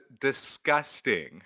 disgusting